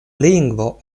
lingvo